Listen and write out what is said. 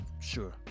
sure